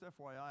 FYI